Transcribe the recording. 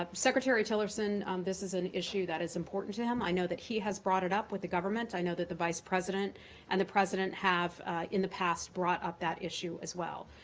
secretary tillerson, um this is an issue that is important to him. i know that he has brought it up with the government, i know that the vice president and the president have in the past brought up that issue as well.